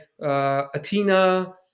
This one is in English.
Athena